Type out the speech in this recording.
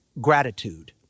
gratitude